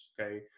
okay